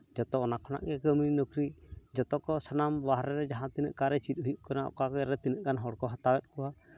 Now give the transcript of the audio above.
ᱡᱚᱛᱚ ᱚᱱᱟ ᱠᱷᱚᱱᱟᱜ ᱜᱮ ᱠᱟᱹᱢᱤ ᱱᱚᱠᱨᱤ ᱡᱚᱛᱚ ᱠᱚ ᱥᱟᱱᱟᱢ ᱵᱟᱦᱨᱮ ᱨᱮ ᱡᱟᱦᱟᱸ ᱛᱤᱱᱟᱹᱜ ᱚᱠᱟᱨᱮ ᱪᱮᱫ ᱦᱩᱭᱩᱜ ᱠᱟᱱᱟ ᱚᱠᱟ ᱠᱚᱨᱮᱜ ᱛᱤᱱᱟᱹᱜ ᱜᱟᱱ ᱦᱚᱲ ᱠᱚ ᱦᱟᱛᱟᱣᱮᱫ ᱠᱚᱣᱟ